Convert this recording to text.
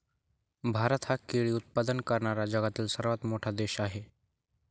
भारत हा केळी उत्पादन करणारा जगातील सर्वात मोठा देश आहे